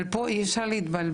אבל פה אי אפשר להתבלבל.